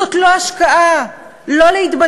זאת לא השקעה, לא להתבלבל.